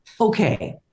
okay